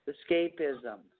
Escapism